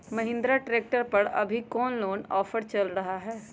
Mahindra tractor पर अभी कोन ऑफर चल रहा है?